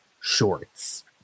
shorts